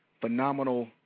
phenomenal